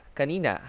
kanina